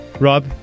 Rob